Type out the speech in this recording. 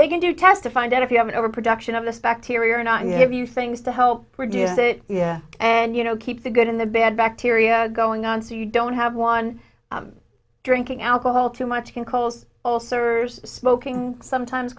they can do test to find out if you have an overproduction of this bacteria or not you give you things to help reduce that yeah and you know keep the good in the bad bacteria going on so you don't have one drinking alcohol too much can coals all servers smoking sometimes